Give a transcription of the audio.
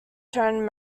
turn